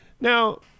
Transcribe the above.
Now